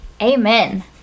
Amen